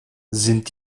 sind